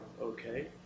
Okay